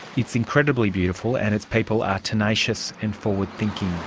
it's incredibly beautiful and its people are tenacious and forward-thinking.